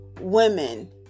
women